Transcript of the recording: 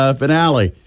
finale